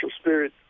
spirit